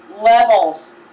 levels